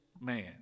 man